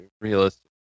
realistic